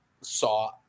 saw